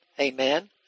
amen